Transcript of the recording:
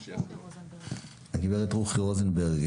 הגברת רוחי רוזנברג,